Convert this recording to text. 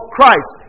Christ